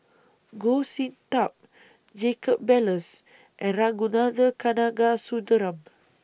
Goh Sin Tub Jacob Ballas and Ragunathar Kanagasuntheram